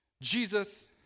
Jesus